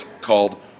called